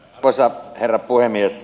arvoisa herra puhemies